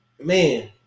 man